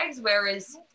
whereas